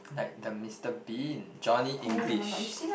like the Mister Bean Johnny English